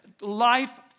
life